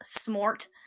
smart